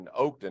Oakton